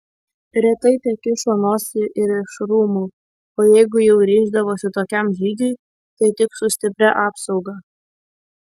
retai tekišo nosį ir iš rūmų o jeigu jau ryždavosi tokiam žygiui tai tik su stipria apsauga